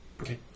Okay